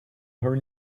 her